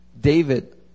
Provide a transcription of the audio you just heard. David